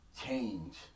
Change